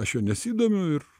aš juo nesidomiu ir